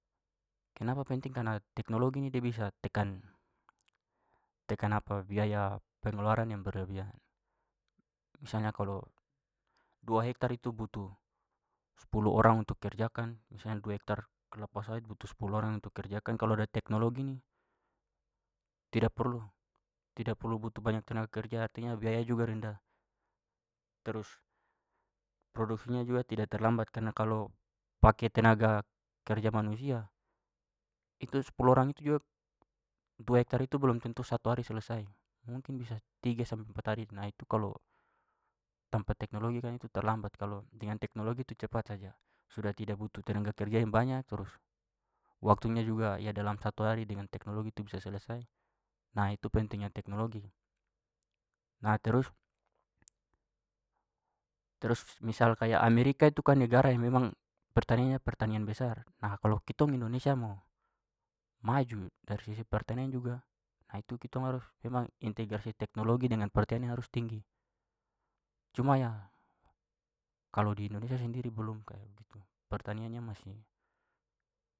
Kenapa penting karna teknologi ni da bisa tekan- tekan biaya pengeluaran yang berlebihan. Misalnya kalo dua hektar itu butuh sepuluh orang untuk kerjakan, misalnya dua hektar kelapa sawit butuh sepuluh orang untuk kerjakan, kalo ada teknologi ni tidak perlu- tidak perlu butuh banyak tenaga kerja, artinya biaya juga rendah, trus produksinya juga tidak terlambat karena kalo pake tenaga kerja manusia itu sepuluh orang itu juga dua hektar itu belum tentu satu hari selesai. Mungkin bisa tiga sampai empat hari. Nah, itu kalo tampa teknologi kan itu terlambat kalo dengan teknologi tu cepat saja. Sudah tidak butuh tenaga kerja yang banyak trus waktunya juga ya dalam satu hari dengan teknologi itu bisa selesai nah itu pentingnya teknologi. Nah, terus- terus misal kayak amerika itu kan negara yang memang pertaniannya pertanian besar, nah, kalau kitong indonesia mo maju dari sisi pertanian juga ha itu kitong harus memang integrasi teknologi dengan pertanian ni harus tinggi. Cuma ya kalau di indonesia sendiri belum kayak begitu, pertaniannya masih.